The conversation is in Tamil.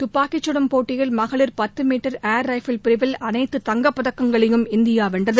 துப்பாக்கிச்சுடும் போட்டியில் மகளிர் பத்து மீட்டர் ரைபிள் பிரிவில் ஏர் அனைத்து தங்கப்பதக்கங்களையும் இந்தியா வென்றது